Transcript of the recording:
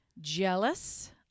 Jealous